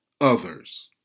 others